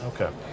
Okay